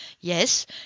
Yes